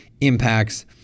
impacts